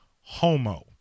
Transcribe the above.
homo